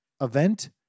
event